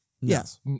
Yes